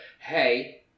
Hey